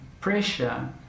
pressure